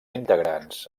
integrants